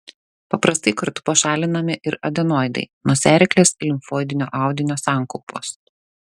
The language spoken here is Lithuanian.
paprastai kartu pašalinami ir adenoidai nosiaryklės limfoidinio audinio sankaupos